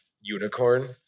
unicorn